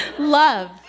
Love